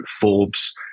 Forbes